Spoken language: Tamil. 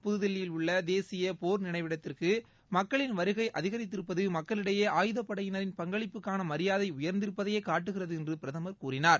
புதுதில்லியில் உள்ள தேசிய போர் நினைவிடத்திற்கு மக்களின் வருகை அதிகரித்திருப்பது மக்களிடையே ஆயுதப்படையினரின் பங்களிப்புக்கான மரியாதை உயர்ந்திருப்பதையே காட்டுகிறது என்று பிரதமர் கூறினார்